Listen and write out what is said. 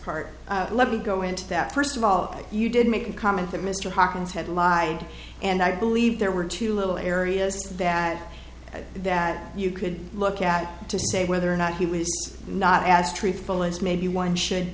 part let me go into that first of all you did make a comment that mr hawkins had lied and i believe there were two little areas that that you could look at to say whether or not he was not as truthful as maybe one should